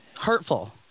hurtful